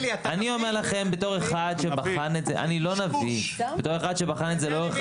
אני מדבר פה בתור אחד שבחן את זה ואני לא נביא.